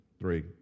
Three